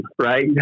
right